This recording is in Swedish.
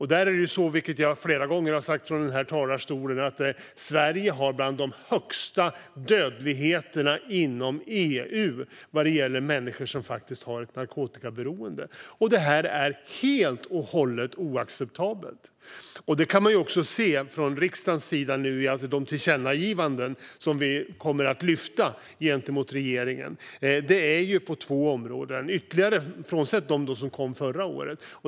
Jag har flera gånger sagt i den här talarstolen att Sverige hör till de länder som har högst dödlighet inom EU vad gäller människor som har ett narkotikaberoende. Det är helt oacceptabelt. Man kan också se det från riksdagens sida i och med de tillkännagivanden gentemot regeringen som vi nu föreslår. Det gäller två ytterligare områden, utöver de som kom förra året.